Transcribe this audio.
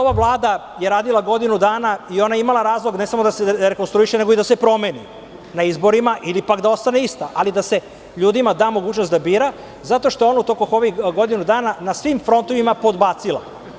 Ova Vlada je radila godinu dana i ona je imala razlog ne samo da se rekonstruiše, nego i da se promeni na izborima, ili, pak, da ostane ista, ali da se ljudima da mogućnost da biraju, zato što je ona tokom ovih godinu dana na svim frontovima podbacila.